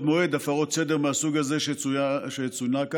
מועד הפרות סדר מהסוג הזה שצוין כאן,